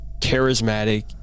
charismatic